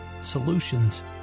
solutions